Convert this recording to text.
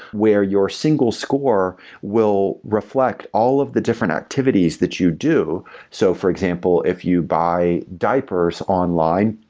where your single score will reflect all of the different activities that you do so for example, if you buy diapers online,